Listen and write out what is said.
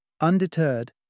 Undeterred